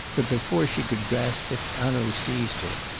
but before she could grasp it hanaud seized her.